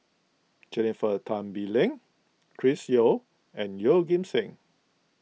Jennifer Tan Bee Leng Chris Yeo and Yeoh Ghim Seng